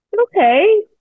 Okay